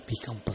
become